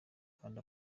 kandi